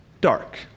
dark